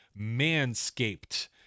manscaped